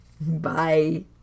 Bye